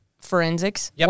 Forensics